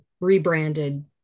Rebranded